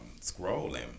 scrolling